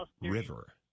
River